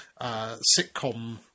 sitcom